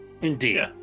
Indeed